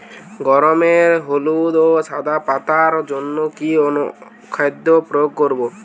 গমের হলদে ও সাদা পাতার জন্য কি অনুখাদ্য প্রয়োগ করব?